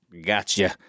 gotcha